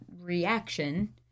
reaction